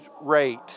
rate